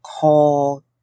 call